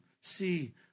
see